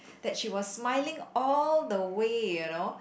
that she was smiling all the way you know